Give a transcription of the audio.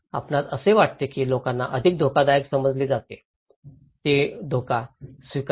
आपणास असे वाटते की लोकांना अधिक धोकादायक समजले जाते ते धोका म्हणून स्वीकारा